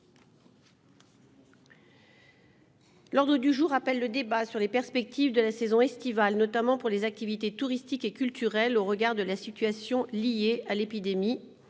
avons terminé avec le débat sur les perspectives de la saison estivale, notamment pour les activités touristiques et culturelles, au regard de la situation liée à l'épidémie.